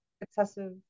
excessive